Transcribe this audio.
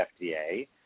FDA